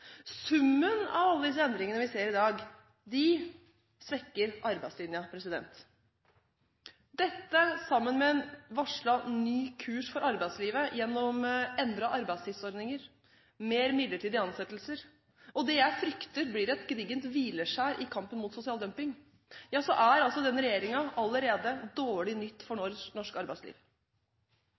Summen av alle disse endringene vi ser i dag, svekker arbeidslinja. Dette, sammen med en varslet ny kurs for arbeidslivet gjennom endrede arbeidstidsordninger, flere midlertidige ansettelser, og det jeg frykter blir et gedigent hvileskjær i kampen mot sosial dumping, gjør at denne regjeringen allerede er dårlig nytt for norsk arbeidsliv.